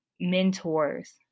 mentors